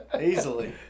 easily